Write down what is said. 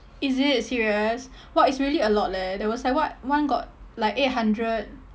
is it serious !wah! it's really a lot leh there was like what one got like eight hundred